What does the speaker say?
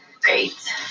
Great